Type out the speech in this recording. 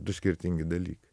du skirtingi dalykai